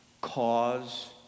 cause